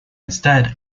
instead